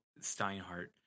Steinhardt